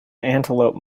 antelope